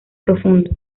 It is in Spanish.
profundo